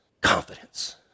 Confidence